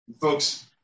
Folks